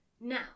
Now